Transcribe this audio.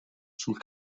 sul